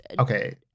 Okay